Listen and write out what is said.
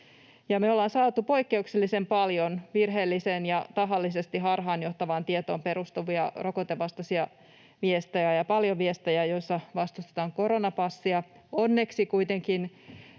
Me ollaan saatu poikkeuksellisen paljon virheelliseen ja tahallisesti harhaanjohtavaan tietoon perustuvia rokotevastaisia viestejä ja paljon viestejä, joissa vastustetaan koronapassia. Onneksi kuitenkin